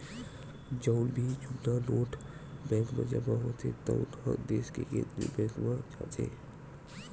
जउन भी जुन्ना नोट बेंक म जमा होथे तउन ह देस के केंद्रीय बेंक म जाथे